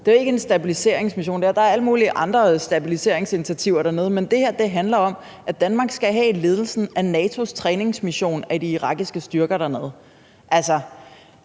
Det er jo ikke en stabiliseringsmission. Der er alle mulige andre stabiliseringsinitiativer dernede, men det her handler om, at Danmark skal have ledelsen af NATO's træningsmission i forhold til de irakiske styrker. For mig at